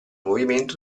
movimento